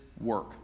work